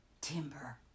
Timber